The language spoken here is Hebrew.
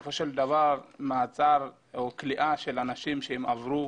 שבסופו של דבר מעצר או כליאה של אנשים שעברו